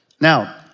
Now